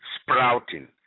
sprouting